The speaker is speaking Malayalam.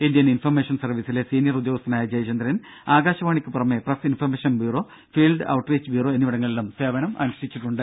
ഇന്ത്യൻ ഇൻഫർമേഷൻ സർവീസിലെ സീനിയർ ഉദ്യോഗസ്ഥനായ ജയചന്ദ്രൻ ആകാശവാണിക്കു പുറമെ press information bureau field outreach bureau എന്നിവിടങ്ങളിലും സേവനമനുഷ്ഠിച്ചിട്ടുണ്ട്